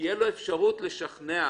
שתהיה לו אפשרות לשכנע